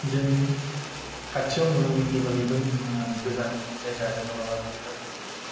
जों खाथियाव नुनो मोनि एबा मेगनजों नुनो मोनि गोजाननि जायगा एबा माबा जायगाफोरखौ युटुब नि